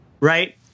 Right